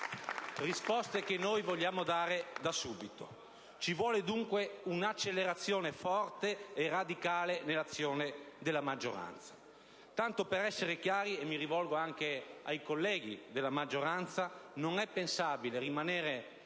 Risposte che noi vogliamo dare da subito. Ci vuole dunque un'accelerazione forte e radicale nell'azione della maggioranza. Tanto per essere chiari, e mi rivolgo anche ai colleghi della maggioranza, non è pensabile rimanere